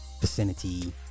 vicinity